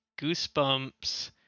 Goosebumps